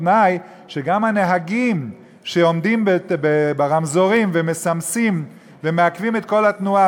בתנאי שגם הנהגים שעומדים ברמזורים ומסמסים ומעכבים את כל התנועה